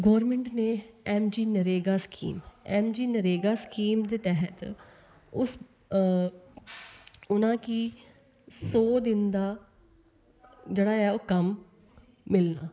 government ने M G NREGA scheme M G NREGA scheme दे तैह्त उस उनें कि सौ दिन दा जेह्ड़ा ऐ ओह् कम्म मिलना